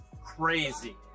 Crazy